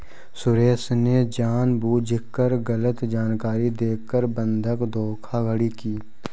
सुरेश ने जानबूझकर गलत जानकारी देकर बंधक धोखाधड़ी की